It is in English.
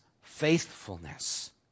faithfulness